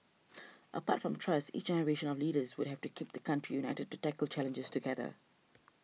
apart from trusts each generation of leaders would have to keep the country united to tackle challenges together